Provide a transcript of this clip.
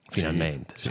Finalmente